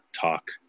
talk